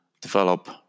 develop